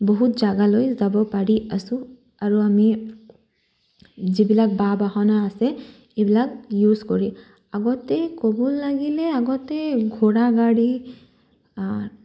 বহুত জাগালৈ যাব পাৰি আছোঁ আৰু আমি যিবিলাক বা বাহনা আছে এইবিলাক ইউজ কৰি আগতে ক'ব লাগিলে আগতে ঘোঁৰা গাড়ী